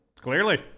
Clearly